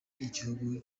igihugu